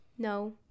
No